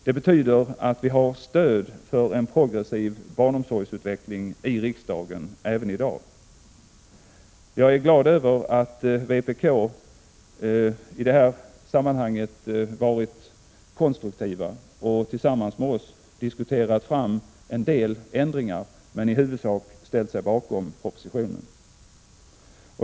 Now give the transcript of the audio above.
Det betyder att vi har stöd för en progressiv barnomsorgsutveckling i riksdagen även i dag. Jag är glad över att vpk i det här sammanhanget varit konstruktivt och tillsammans med oss diskuterat fram en del ändringar men i huvudsak ställt sig bakom propositionen.